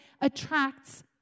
attracts